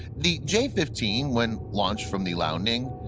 the j fifteen, when launched from the liaoning,